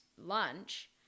lunch